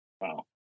Wow